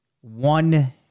one